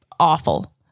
Awful